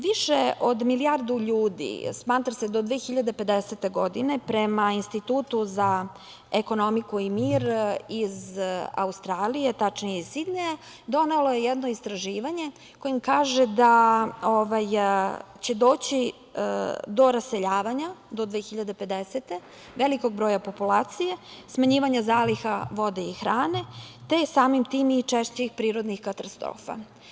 Više od milijardu ljudi smatra se do 2050 godine, prema Institutu za ekonomiku i mir iz Australije, tačnije iz Sidneja, donelo je jedno istraživanje kojim kaže da će doći do raseljavanja do 2050. godine, velikog broja populacije smanjivanja zaliha vode i hrane, te samim tim i češćih prirodnih katastrofa.